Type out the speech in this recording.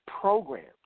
programmed